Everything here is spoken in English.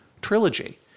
trilogy